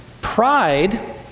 Pride